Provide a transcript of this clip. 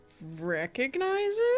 recognizes